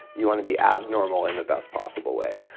you want to be abnormal in the best possible way.